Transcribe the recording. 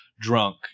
drunk